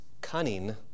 cunning